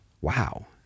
Wow